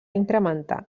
incrementar